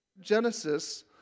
Genesis